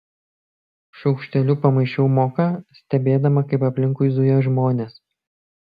šaukšteliu pamaišiau moką stebėdama kaip aplinkui zuja žmonės